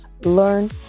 learn